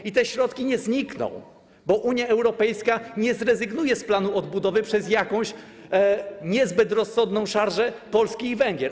I te środki nie znikną, bo Unia Europejska nie zrezygnuje z planu odbudowy przez jakąś niezbyt rozsądną szarżę Polski i Węgier.